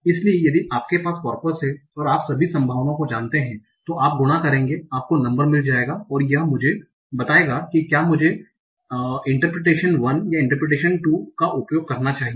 इसलिए यदि आपके पास कॉर्पस है तो आप सभी संभावनाओं को जानते हैं जो आप गुणा करेंगे आपको नंबर मिल जाएगा और यह मुझे बताएगा कि क्या मुझे इंटरप्रीटेशन 1 या इंटरप्रीटेशन 2 को उपयोग करना चाहिए